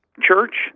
church